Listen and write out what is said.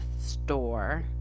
store